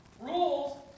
rules